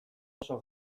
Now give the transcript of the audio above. oso